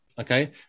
okay